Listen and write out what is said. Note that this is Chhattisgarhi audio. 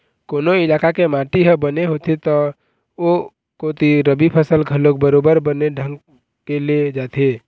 कोनो इलाका के माटी ह बने होथे त ओ कोती रबि फसल घलोक बरोबर बने ढंग के ले जाथे